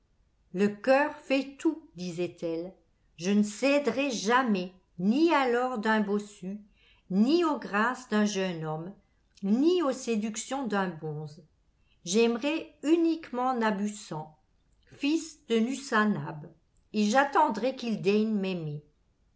le coeur fait tout disait-elle je ne céderai jamais ni à l'or d'un bossu ni aux grâces d'un jeune homme ni aux séductions d'un bonze j'aimerai uniquement nabussan fils de nussanab et j'attendrai qu'il daigne m'aimer